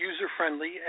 user-friendly